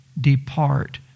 depart